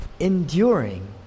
enduring